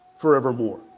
forevermore